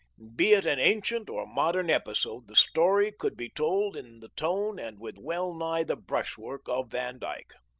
be it an ancient or modern episode, the story could be told in the tone and with well-nigh the brushwork of van dyck.